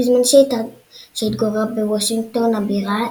בזמן שהתגוררה בוושינגטון הבירה,